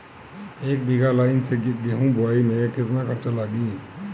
एक बीगहा लाईन से गेहूं बोआई में केतना खर्चा लागी?